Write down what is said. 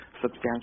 substantial